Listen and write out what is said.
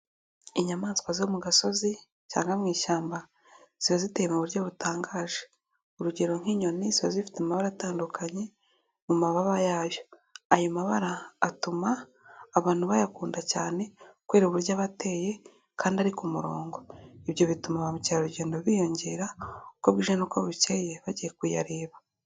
Inyamaswa zo mu gasozi cyangwa mu ishyamba, ziba ziteye mu buryo butangaje. Urugero nk'inyoni, ziba zifite amabara atandukanye mu mababa yayo, ayo mabara atuma abantu bayakunda cyane kubera uburyo abateye kandi ari ku murongo. Ibyo bituma ba mukerarugendo biyongera, uko bwije n'uko bukeye, bagiye kuyareba.